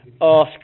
ask